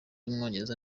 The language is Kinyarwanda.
w’umwongereza